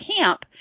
camp